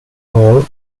hall